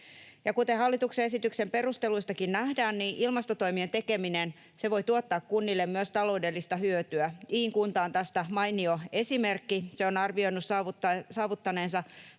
Kuten hallituksen esityksen perusteluistakin nähdään, ilmastotoimien tekeminen voi tuottaa kunnille myös taloudellista hyötyä. Iin kunta on tästä mainio esimerkki. Se on arvioinut saavuttaneensa